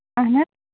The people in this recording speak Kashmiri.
اَہَن حظ